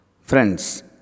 Friends